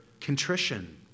contrition